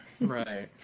Right